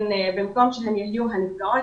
במקום שהן יהיו הנפגעות,